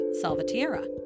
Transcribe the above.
Salvatierra